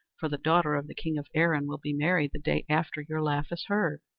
for the daughter of the king of erin will be married the day after your laugh is heard.